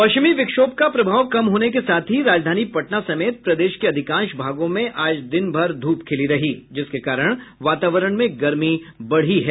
पश्चिमी विक्षोभ का प्रभाव कम होने के साथ ही राजधानी पटना समेत प्रदेश के अधिकांश भागों में आज दिन भर धूप खिली रही जिसके कारण वातावरण में गर्मी बढ़ी है